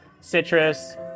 citrus